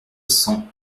cents